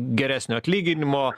geresnio atlyginimo